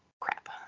crap